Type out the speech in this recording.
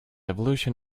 evolution